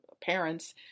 parents